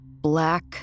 black